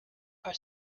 are